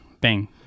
bang